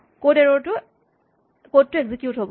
code টো execute হ'ব